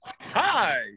hi